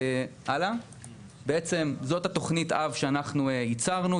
זאת תוכנית האב שאנחנו ייצרנו,